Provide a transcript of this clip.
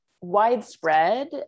widespread